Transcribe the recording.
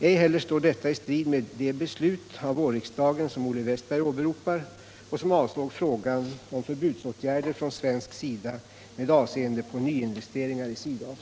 Ej heller står detta i strid med det beslut av vårriksdagen som Olle Wästberg åberopar och som avsåg frågan om förbudsåtgärder från svensk sida med avseende på nyinvesteringar i Sydafrika.